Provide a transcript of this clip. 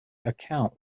account